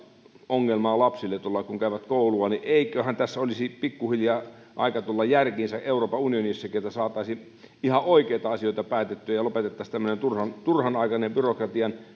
ongelmaa lapsille tulee kun käyvät koulua joten eiköhän tässä olisi pikkuhiljaa aika tulla järkiinsä euroopan unionissakin että saataisiin ihan oikeita asioita päätettyä ja lopetettaisiin tämmöinen turhanaikainen byrokratian